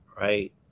right